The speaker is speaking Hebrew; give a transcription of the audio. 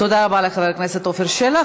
תודה רבה לחבר הכנסת עפר שלח.